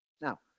Now